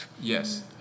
Yes